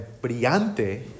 brillante